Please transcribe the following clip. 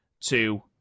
two